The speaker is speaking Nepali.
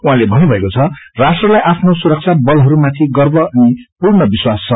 उहाँले भन्नुभएको द राष्ट्रलाई आफ्नो सुरक्षाबलहरूमाथि गर्व अनि पूर्ण विश्वास छ